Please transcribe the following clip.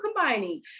combining